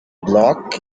block